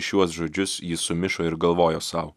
šiuos žodžius ji sumišo ir galvojo sau